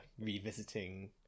revisiting